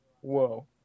Whoa